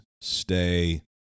Stay